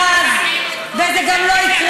זה לא קרה אז, וזה גם לא יקרה.